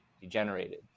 degenerated